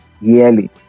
yearly